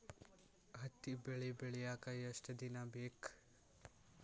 ಹತ್ತಿ ಬೆಳಿ ಬೆಳಿಯಾಕ್ ಎಷ್ಟ ದಿನ ಬೇಕ್?